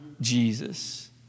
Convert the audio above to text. Jesus